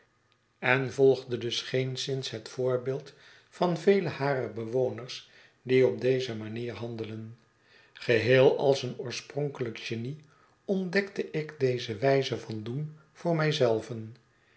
en volgde dus geenszins het voorbeeld van vele harer bewoners die op deze manier handelen geheel als een oorspronkelijk genie ontdekte ik deze wijze van doen voor mij